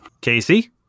Casey